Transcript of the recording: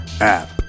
app